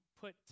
put